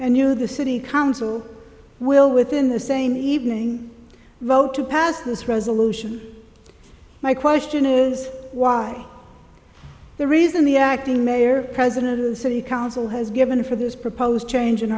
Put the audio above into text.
and you the city council will within the same evening vote to pass this resolution my question is why the reason the acting mayor president city council has given for this proposed change in